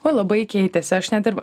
oj labai keitėsi aš net ir